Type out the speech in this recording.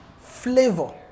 flavor